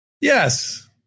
Yes